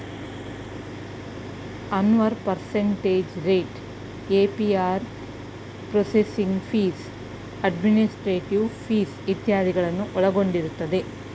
Anwar percentage rate, APR processing fees, administrative fees ಇತ್ಯಾದಿಗಳನ್ನು ಒಳಗೊಂಡಿರುತ್ತದೆ